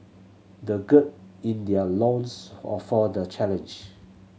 they gird in their loins or for the challenge